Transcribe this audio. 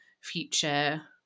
future